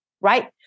Right